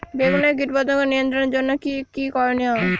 বেগুনে কীটপতঙ্গ নিয়ন্ত্রণের জন্য কি কী করনীয়?